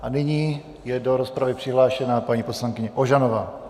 A nyní je do rozpravy přihlášena paní poslankyně Ožanová.